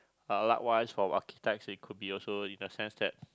uh likewise for archetypes it could be also in a sense that